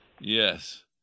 Yes